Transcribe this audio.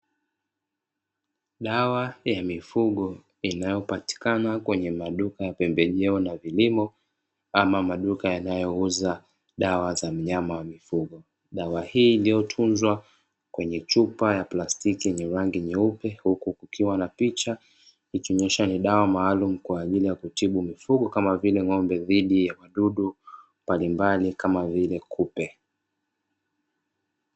Dawa ya mifugo inayopatikana kwenye maduka ya pembejeo na vilimo ama maduka yanayouza dawa za wanyama wa mifugo. Dawa hii iliyotunzwa kwenye chupa ya plastiki yenye rangi nyeupe huku kukiwa na picha ikionyesha ni dawa maalumu kwa ajili ya kutibu mifugo kama vile ng'ombe dhidi ya wadudu mbalimbali kama vile kupe.